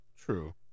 true